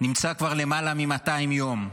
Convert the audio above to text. נמצא כבר למעלה מ-200 יום,